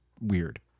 weird